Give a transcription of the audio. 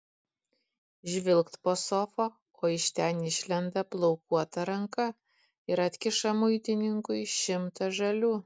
žvilgt po sofa o iš ten išlenda plaukuota ranka ir atkiša muitininkui šimtą žalių